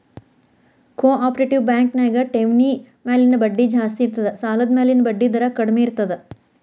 co operative bank ನ್ಯಾಗ ಠೆವ್ಣಿ ಮ್ಯಾಲಿನ್ ಬಡ್ಡಿ ಜಾಸ್ತಿ ಇರ್ತದ ಸಾಲದ್ಮ್ಯಾಲಿನ್ ಬಡ್ಡಿದರ ಕಡ್ಮೇರ್ತದ